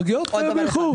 מגיעות באיחור.